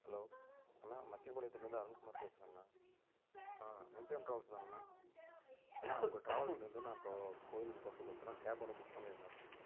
hello அண்ணா பாளையத்துலேருந்து அருண் குமார் பேசுறேண்ணா ஆ M P M travels தானேண்ணா அண்ணா உங்கள் ட்ராவல்ஸ்லேருந்து நான் இப்போது கோவிலுக்கு போகிறதுக்கு உசரம் கேப் ஒன்று புக் பண்ணியிருந்தேன்